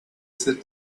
sit